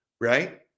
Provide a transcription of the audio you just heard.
Right